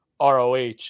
ROH